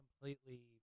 completely